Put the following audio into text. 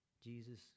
Jesus